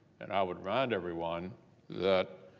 and i would remind everyone that